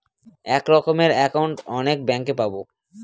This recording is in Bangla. এক রকমের একাউন্ট অনেক ব্যাঙ্কে পাবো